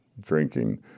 drinking